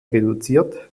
reduziert